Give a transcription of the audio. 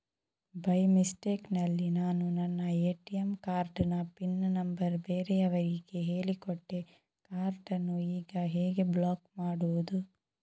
By mistake ನಲ್ಲಿ ನಾನು ನನ್ನ ಎ.ಟಿ.ಎಂ ಕಾರ್ಡ್ ನ ಪಿನ್ ನಂಬರ್ ಬೇರೆಯವರಿಗೆ ಹೇಳಿಕೊಟ್ಟೆ ಕಾರ್ಡನ್ನು ಈಗ ಹೇಗೆ ಬ್ಲಾಕ್ ಮಾಡುವುದು?